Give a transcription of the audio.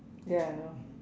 ya I know